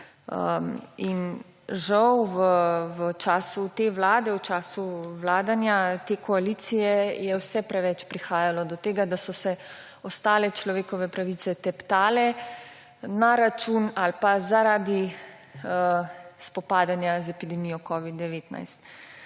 Žal v času te vlade, v času vladanja te koalicije je vse preveč prihajalo do tega, da so se ostale človekove pravice teptale na račun ali pa zaradi spopadanja z epidemijo covida-19.